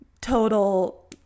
total